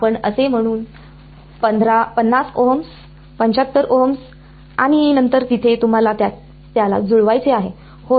आपण असे म्हणून 50 ओहम्स 75 ओहम्स आणि नंतर तिथे तुम्हाला त्याला जुळवायचे आहे